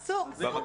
אסור.